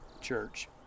church